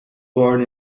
born